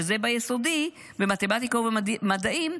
שזה ביסודי,